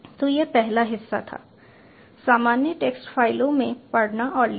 तो यह पहला हिस्सा था सामान्य टेक्स्ट फ़ाइलों से पढ़ना और लिखना